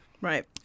Right